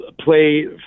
play